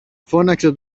φώναξε